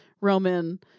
Roman